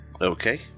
Okay